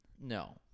no